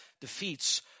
defeats